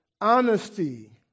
honesty